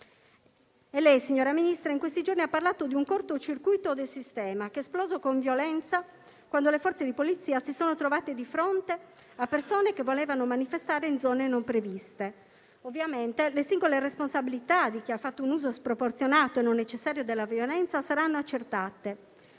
Lei, signora Ministra, in questi giorni ha parlato di un cortocircuito del sistema, che è esploso con violenza quando le Forze di polizia si sono trovate di fronte a persone che volevano manifestare in zone non previste. Ovviamente, le singole responsabilità di chi ha fatto un uso sproporzionato e non necessario della violenza saranno accertate.